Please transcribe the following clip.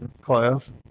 class